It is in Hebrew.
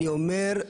אני אומר,